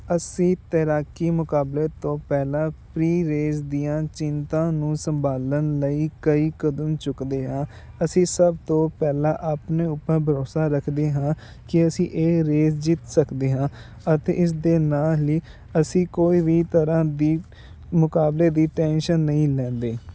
ਅਸੀਂ ਤੈਰਾਕੀ ਮੁਕਾਬਲੇ ਤੋਂ ਪਹਿਲਾਂ ਪ੍ਰੀ ਰੇਸ ਦੀਆਂ ਚਿੰਤਾ ਨੂੰ ਸੰਭਾਲਣ ਲਈ ਕਈ ਕਦਮ ਚੁੱਕਦੇ ਹਾਂ ਅਸੀਂ ਸਭ ਤੋਂ ਪਹਿਲਾਂ ਆਪਣੇ ਉੱਪਰ ਭਰੋਸਾ ਰੱਖਦੇ ਹਾਂ ਕਿ ਅਸੀਂ ਇਹ ਰੇਸ ਜਿੱਤ ਸਕਦੇ ਹਾਂ ਅਤੇ ਇਸ ਦੇ ਨਾਲ ਹੀ ਅਸੀਂ ਕੋਈ ਵੀ ਤਰ੍ਹਾਂ ਦੀ ਮੁਕਾਬਲੇ ਦੀ ਟੈਂਸ਼ਨ ਨਹੀਂ ਲੈਂਦੇ